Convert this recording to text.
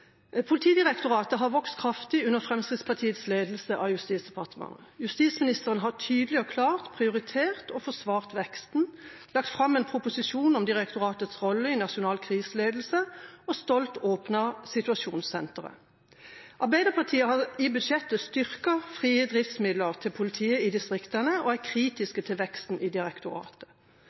Politidirektoratet har vokst kraftig under Fremskrittspartiets ledelse av Justisdepartementet. Justisministeren har tydelig og klart prioritert og forsvart veksten, lagt fram en proposisjon om direktoratets rolle i nasjonal kriseledelse og stolt åpnet Situasjonssenteret. Arbeiderpartiet har i budsjettet styrket frie driftsmidler til politiet i distriktene og er kritisk til veksten i direktoratet.